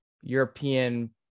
European